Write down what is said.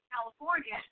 California